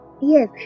Yes